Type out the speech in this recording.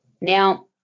Now